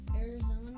Arizona